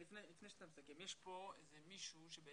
לפני שאתה